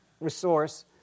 resource